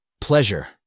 pleasure